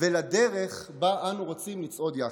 ולדרך שבה אנו רוצים לצעוד יחד.